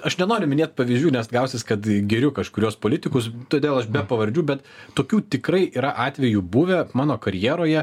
aš nenoriu minėt pavyzdžių nes gausis kad giriu kažkuriuos politikus todėl aš be pavardžių bet tokių tikrai yra atvejų buvę mano karjeroje